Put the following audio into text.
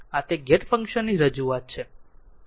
આ તે t gate function ની રજૂઆત છે